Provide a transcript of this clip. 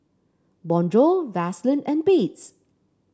Bonjour Vaseline and Beats